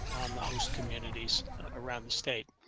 on the host communities around the state.